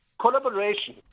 collaboration